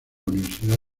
universidad